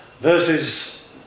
versus